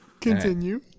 Continue